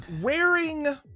wearing